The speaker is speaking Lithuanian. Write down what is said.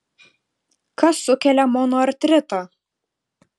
kas sukelia monoartritą